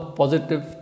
positive